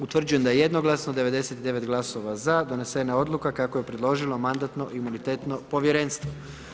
Utvrđujem da je jednoglasno 99 glasova za donesena Odluka kako je predložilo Mandatno-imunitetno povjerenstvo.